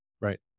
Right